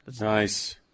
Nice